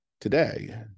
today